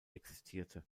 existierte